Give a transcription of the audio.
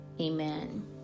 Amen